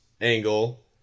angle